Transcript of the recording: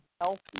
healthy